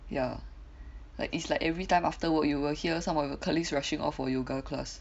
ya like it's like every time after work you will hear some of your colleagues rushing off for yoga class